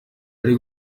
bari